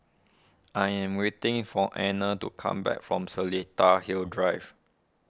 I am waiting for Anner to come back from Seletar Hills Drive